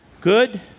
good